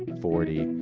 forty,